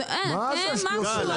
משהו.